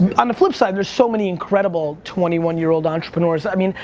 um on the flip side, there's so many incredible twenty one year old entrepreneurs, i mean,